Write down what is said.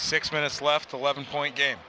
six minutes left eleven point game